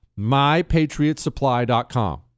MyPatriotSupply.com